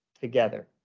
together